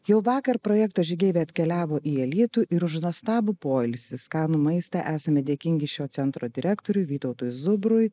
jau vakar projekto žygeiviai atkeliavo į alytų ir už nuostabų poilsį skanų maistą esame dėkingi šio centro direktoriui vytautui zubrui